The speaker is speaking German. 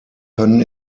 können